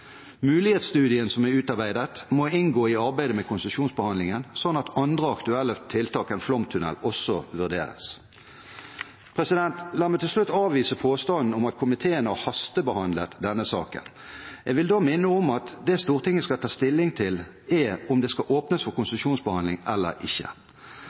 Mulighetsstudien som er utarbeidet, må inngå i arbeidet med konsesjonsbehandlingen sånn at andre aktuelle tiltak enn flomtunnel også vurderes. La meg til slutt avvise påstanden om at komiteen har hastebehandlet denne saken. Jeg vil minne om at det Stortinget skal ta stilling til, er om det skal åpnes for konsesjonsbehandling eller ikke.